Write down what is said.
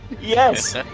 Yes